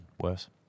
worse